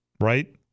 Right